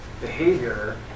behavior